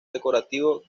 decorativo